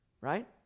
right